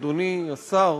אדוני השר,